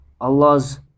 Allah's